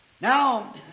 Now